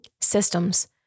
Systems